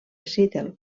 seattle